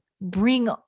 bring